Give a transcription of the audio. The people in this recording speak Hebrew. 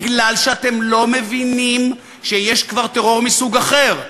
כי אתם לא מבינים שיש כבר טרור מסוג אחר,